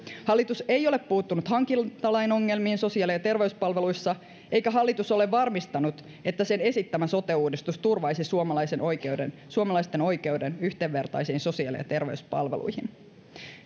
hallitus ei ole puuttunut hankintalain ongelmiin sosiaali ja terveyspalveluissa eikä hallitus ole varmistanut että sen esittämä sote uudistus turvaisi suomalaisten oikeuden suomalaisten oikeuden yhdenvertaisiin sosiaali ja terveyspalveluihin